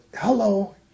hello